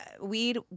weed